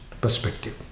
perspective